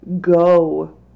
go